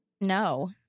No